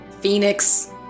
Phoenix